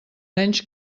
menys